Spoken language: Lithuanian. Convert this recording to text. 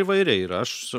įvairiai yra aš